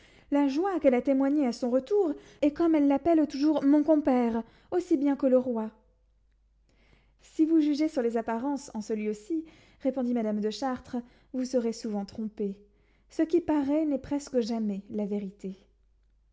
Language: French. la joie qu'elle a témoignée à son retour et comme elle l'appelle toujours mon compère aussi bien que le roi si vous jugez sur les apparences en ce lieu-ci répondit madame de chartres vous serez souvent trompée ce qui paraît n'est presque jamais la vérité